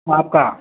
आपका